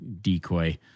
decoy